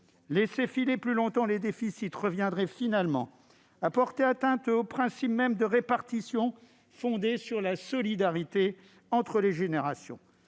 Laisser filer plus longtemps les déficits reviendrait à porter atteinte au principe même de répartition, fondé sur la solidarité entre les générations.